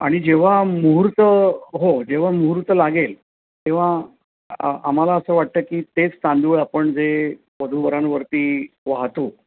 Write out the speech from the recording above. आणि जेव्हा मुहूर्त हो जेव्हा मुहूर्त लागेल तेंव्हा आ आम्हाला असं वाटतं आहे की तेच तांदूळ आपण जे वधू वरांवरती वाहतो